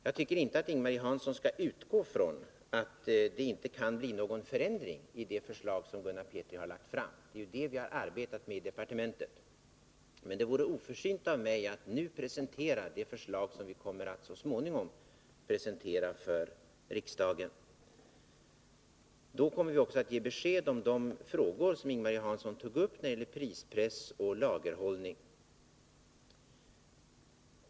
Jag tycker inte att Ing-Marie Hansson skall utgå från att det inte kan bli någon förändring i det förslag Gunnar Petri lagt fram. Det är det vi arbetar med i departementet. Men det vore oförsynt av mig att nu presentera det förslag vi så småningom kommer att lägga fram för riksdagen. Då kommer vi också att ge besked om de frågor Ing-Marie Hansson tog upp om prispress och lagerhållning.